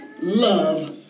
love